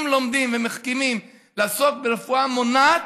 אם לומדים ומחכימים לעסוק ברפואה מונעת,